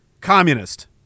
Communist